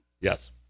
Yes